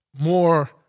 more